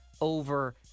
over